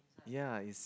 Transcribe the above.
ya it's